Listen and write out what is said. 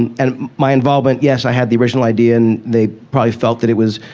and and my involvement, yes, i had the original idea, and they probably felt that it was,